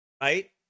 right